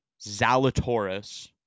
Zalatoris